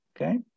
okay